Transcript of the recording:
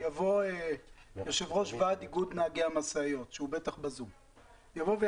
יבוא יושב-ראש ועד איגוד נהגי המשאיות שהוא בטח בזום ויגיד,